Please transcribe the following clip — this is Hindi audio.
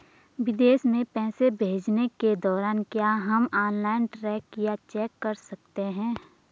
विदेश में पैसे भेजने के दौरान क्या हम ऑनलाइन ट्रैक या चेक कर सकते हैं?